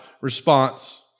response